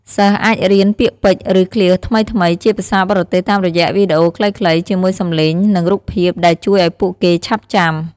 សិស្សអាចរៀន ពាក្យពេចន៍ ឬឃ្លាថ្មីៗ ជាភាសាបរទេសតាមរយៈវីដេអូខ្លីៗ ជាមួយសំឡេង និងរូបភាព ដែលជួយឲ្យពួកគេឆាប់ចាំ។